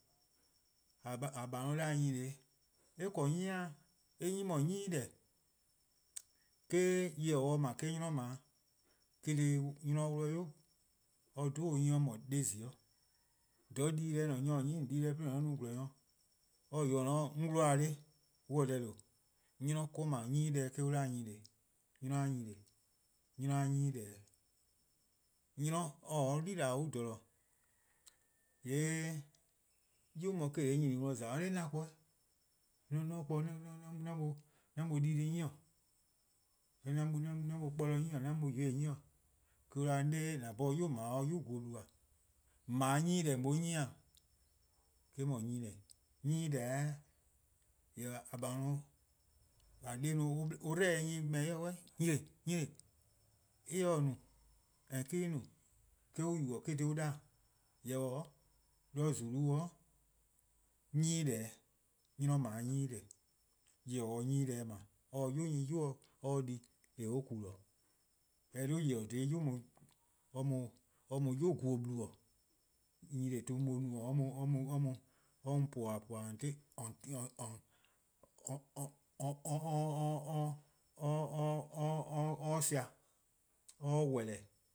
:A :bai' 'da-dih-a nyene, eh 'ble 'nyne daa, eh 'nyne :mor 'nyi-' :deh. Eh-: nyor-kpalu se 'ble eh-: 'nynor 'ble. Eh-: :korn dhih 'nynor 'wluh 'yu or 'dhu-dih 'nyne, or or :mor 'de :zior'. :dha di-deh :ne-a, nyor :or 'nyi-a :on dii-deh 'de :on no-a :gwlor-nyor, or-: :yor :ne-a 'o 'on 'wluh or :weh 'de on :se deh :due'. 'Nynor :or 'ble 'nyii-deh eh-: an 'da nyene. 'Nynor-a' nyene, eh :mor 'nynor-a 'nyii'-deh: 'nynor :or-: or-a'a: yibeor on jeh :yee' 'yu se-' nyene worn za, or 'da 'an kpa-or, :mor 'on kpa-or 'an mu-or dii-deh+ 'nyi. 'an mu kporlor 'nyi, 'an mu :yeh :daa nyi-', 'de on 'de :a 'da ee :an 'bhorn 'yu :daa or 'yu sorbor' :e? :on 'ble 'nyii-deh :on 'ye or 'nyi :e? Eh-: mor nyene, 'nyi-deh: daa, jerwor: :a :bai' :a 'de 'i an dleh-dih en nyne :meo ken-dih 'suh, an no 'nyne ka en no, eh-: on yubo eh-: :korn dhih an 'da :ao', jorwor: 'de :zulu'-' 'nyii-deh: 'o. 'nynor 'ble 'nyii-deh:, nyor-kpalu se 'nyii-deh 'ble or 'ye-a 'yu 'nyi or 'ye-a di :eh 'ye-or :ku-dih:. :mor eh ''dhu nyor-kpalu: dhih 'yu-a mu 'yu 'go :blu. Nyene 'ton-a mu-or :no 'ye sea', or 'ye weh-leh: